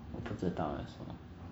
不知道 eh